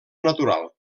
natural